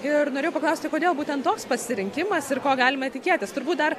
ir norėjau paklausti kodėl būtent toks pasirinkimas ir ko galime tikėtis turbūt dar